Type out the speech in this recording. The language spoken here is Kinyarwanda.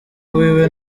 wiwe